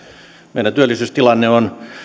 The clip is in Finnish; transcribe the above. meidän työllisyystilanne on